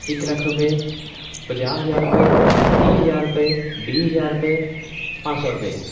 ਇੱਕ ਲੱਖ ਰੁਪਏ ਪੰਜਾਹ ਹਜ਼ਾਰ ਰੁਪਏ ਤੀਹ ਹਜ਼ਾਰ ਰੁਪਏ ਵੀਹ ਹਜ਼ਾਰ ਰੁਪਏ ਪੰਜ ਸੌ ਰੁਪਏ